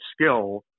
skill